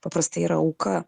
paprastai yra auka